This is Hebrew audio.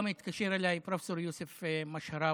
גם התקשר אליי פרופ' יוסף משהראוי,